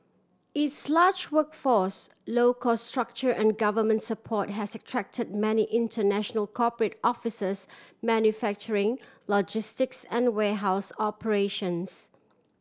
its large workforce low cost structure and government support has attract many international corporate offices manufacturing logistics and warehouse operations